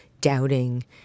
doubting